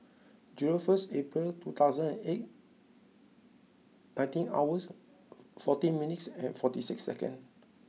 zero first April two thousand and eight nineteen hours fourteen minutes forty six second